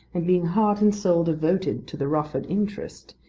and being heart and soul devoted to the rufford interest,